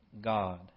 God